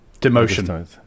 demotion